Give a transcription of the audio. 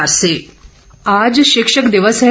शिक्षक दिवस आज शिक्षक दिवस है